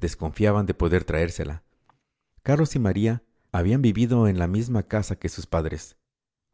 desconfiaban de poder traérsela carlos y maría habían vivido en la misma casa que sus padres